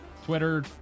Twitter